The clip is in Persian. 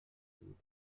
بود